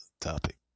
topic